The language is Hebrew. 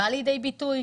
בא לידי ביטוי?